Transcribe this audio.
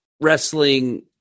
wrestling